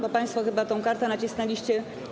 Bo państwo chyba tę kartę nacisnęliście.